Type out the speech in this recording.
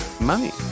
Money